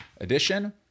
Edition